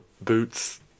boots